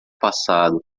passado